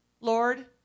Lord